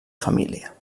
família